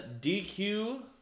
DQ